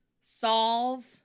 Solve